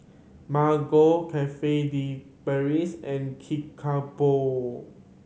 Margo Cafe De Paris and Kickapoo